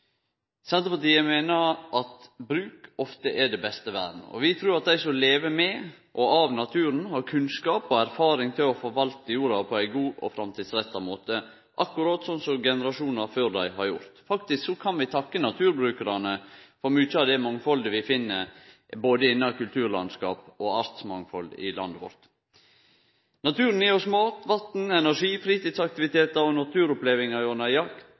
Senterpartiet meiner at bruk ofte er det beste vern. Vi trur at dei som lever med og av naturen, har kunnskap og erfaring til å forvalte jorda på ein god og framtidsretta måte, akkurat som generasjonar før dei har gjort. Faktisk kan vi takke naturbrukarane for mykje av det mangfaldet vi finn, både innan kulturlandskap og artsmangfald i landet vårt. Naturen gjev oss mat, vatn, energi, fritidsaktivitetar og naturopplevingar